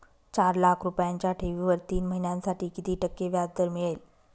चार लाख रुपयांच्या ठेवीवर तीन महिन्यांसाठी किती टक्के व्याजदर मिळेल?